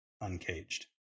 uncaged